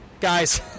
Guys